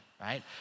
right